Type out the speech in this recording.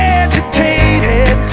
agitated